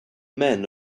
men